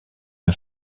une